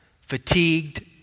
fatigued